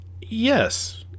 Yes